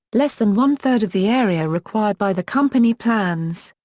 less than one third of the area required by the company plans.